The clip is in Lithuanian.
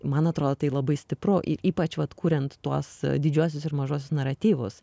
man atrodo tai labai stipru ypač vat kuriant tuos didžiuosius ir mažus naratyvus